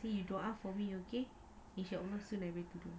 see you don't ask me okay you also never wear tudung